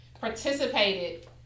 participated